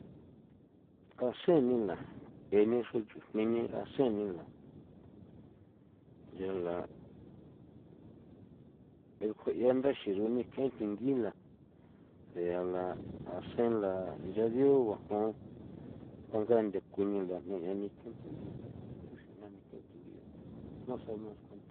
Ase ni la e ni xru chujni ni ase ni la ya la eljue 'ia ndaxi rune ke thingi la ea la asen la ncha dio bajon jua nga ntha kuni la meꞌa ni ken thingi chuxin 'ian ni ken thingi nasa mas kua.